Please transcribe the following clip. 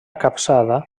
capçada